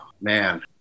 man